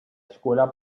escuela